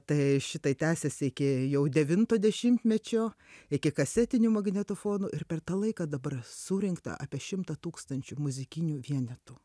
tai šitai tęsėsi iki jau devinto dešimtmečio iki kasetinių magnetofonų ir per tą laiką dabar surinkta apie šimtą tūkstančių muzikinių vienetų